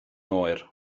oer